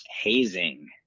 hazing